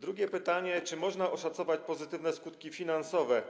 Drugie pytanie: Czy można oszacować pozytywne skutki finansowe